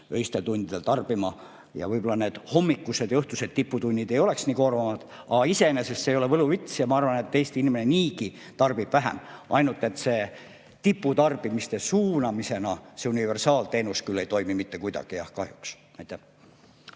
öistel tundidel tarbima, võib-olla siis need hommikused ja õhtused tiputunnid ei oleks nii koormavad. Aga iseenesest see ei ole võluvits. Ja ma arvan, et Eesti inimene tarbib niigi vähem, ainult et tiputarbimiste suunamisena see universaalteenus küll ei toimi mitte kuidagi, kahjuks. Kalle